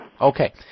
Okay